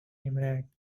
emerald